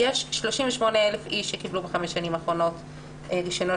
יש 38,000 איש שקיבלו בחמש השנים האחרונות רישיונות